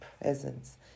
presence